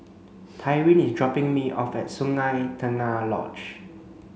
Tyrin is dropping me off at Sungei Tengah Lodge